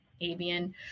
avian